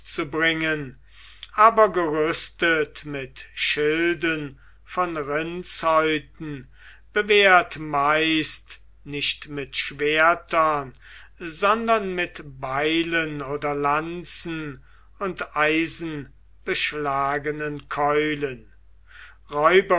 aber gerüstet mit schilden von rindshäuten bewehrt meist nicht mit schwertern sondern mit beilen oder lanzen und eisenbeschlagenen keulen räuberische